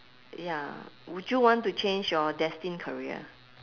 ya would you want to change your destined career